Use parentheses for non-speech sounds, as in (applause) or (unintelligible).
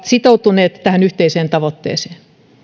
(unintelligible) sitoutuneet tähän yhteiseen tavoitteeseen